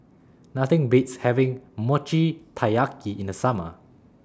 Nothing Beats having Mochi Taiyaki in The Summer